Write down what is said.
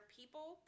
people